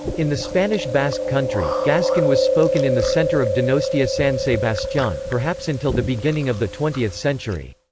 in the spanish basque country, gascon was spoken in the centre of donostia-san sebastian, perhaps until the beginning of the twentieth century.